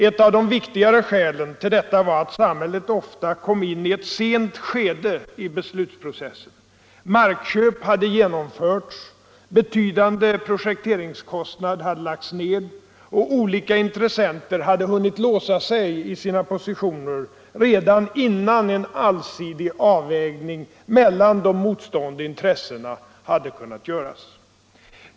Ett av de viktigare skälen till detta var att samhället ofta kom in i ett sent skede i beslutsprocessen, markköp hade genomförts, betydande projekteringskostnader hade lagts ned och olika intressenter hade hunnit låsa sig i sina positioner redan innan en allsidig avvägning mellan de motstående intressena hade kunnat göras.